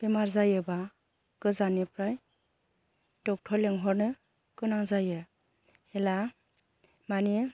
बेमार जायोबा गोजाननिफ्राय डक्टर लेंहरनो गोनां जायो हेला माने